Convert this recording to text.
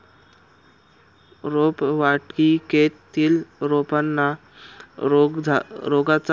रोपवाटिकेतील रोपांना रोगाचा प्रादुर्भाव झाल्यास जवळपास सर्व रोपे सुकून जातात का?